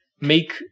make